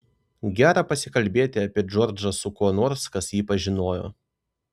gera pasikalbėti apie džordžą su kuo nors kas jį pažinojo